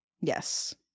yes